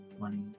Money